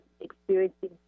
experiencing